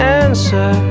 answer